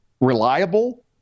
reliable